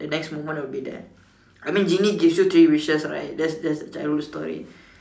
the next moment I will be there I mean genie give you three wishes right that's that's the childhood story